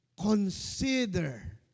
Consider